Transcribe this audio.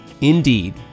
Indeed